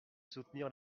soutenir